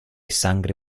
sangre